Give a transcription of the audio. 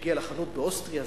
שיגיע לחנות באוסטריה,